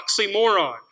oxymoron